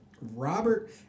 Robert